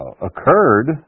occurred